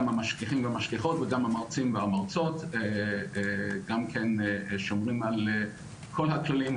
גם המשגיחים והמשגיחות וגם המרצים והמרצות שומרים על כל הכללים.